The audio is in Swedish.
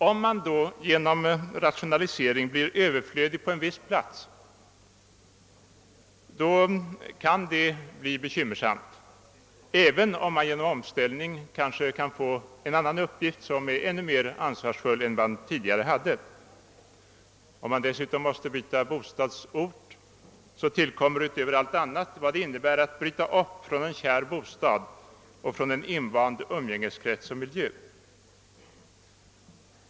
Om man då genom rationalisering blir överflödig på en viss plats kan det bli bekymmersamt, även om man till följd av omställningen kanske kan få en annan uppgift, som är ansvarsfullare än den tidigare. Om man dessutom måste byta bostadsort tillkommer förutom allt annat vad det innebär att bryta upp från en kär bostad och från en invand umgängeskrets och miljö.